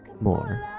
more